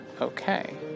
Okay